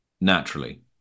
naturally